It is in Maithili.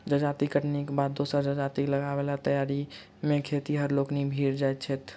जजाति कटनीक बाद दोसर जजाति लगयबाक तैयारी मे खेतिहर लोकनि भिड़ जाइत छथि